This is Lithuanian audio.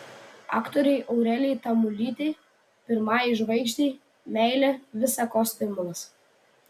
aktorei aurelijai tamulytei pirmajai žvaigždei meilė visa ko stimulas